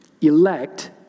elect